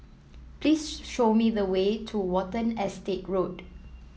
please show me the way to Watten Estate Road